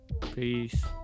Peace